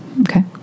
okay